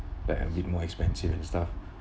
the more expensive and stuff